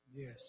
Yes